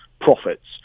profits